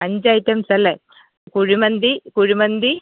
അഞ്ച് ഐറ്റംസ് അല്ലേ കുഴിമന്തി കുഴിമന്തി